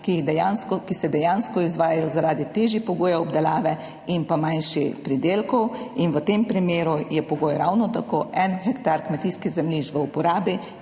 ki se dejansko izvajajo zaradi težjih pogojev obdelave in pa manjših pridelkov. V tem primeru je pogoj ravno tako en hektar kmetijskih zemljišč v uporabi